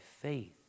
faith